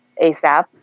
ASAP